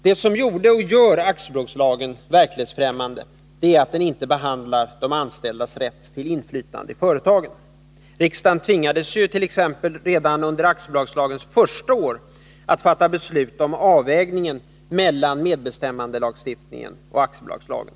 Det som gjorde och gör aktiebolagslagen verklighetsfrämmande är att den inte behandlar de anställdas rätt till inflytande i företagen. Riksdagen tvingades t.ex. redan under aktiebolagslagens första år att fatta beslut om avvägningen mellan medbestämmandelagstiftningen och aktiebolagslagen.